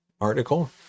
article